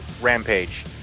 Rampage